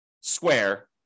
square